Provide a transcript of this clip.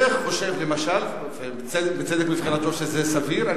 השיח' חושב למשל, ובצדק מבחינתו, שזה סביר.